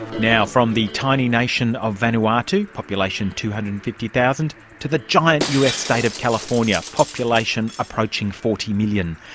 now from the tiny nation of vanuatu, population two hundred and fifty thousand, to the giant us state of california, population approaching forty million.